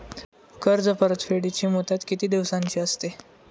कर्ज परतफेडीची मुदत किती दिवसांची असते?